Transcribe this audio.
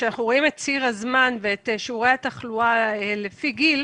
כשאנחנו רואים את ציר הזמן ואת שיעורי התחלואה לפי גיל,